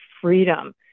freedom